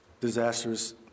disastrous